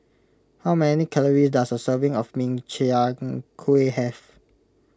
how many calories does a serving of Min Chiang Kueh have